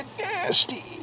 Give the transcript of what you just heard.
nasty